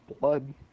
blood